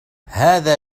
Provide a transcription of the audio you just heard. هذا